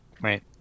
Right